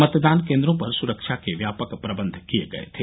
मतदान केन्द्रों पर सुरक्षा के व्यापक प्रबंध किये गये थे